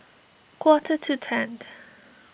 quarter to ten